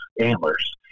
antlers